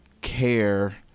care